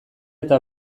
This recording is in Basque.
eta